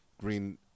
Green